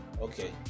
okay